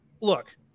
Look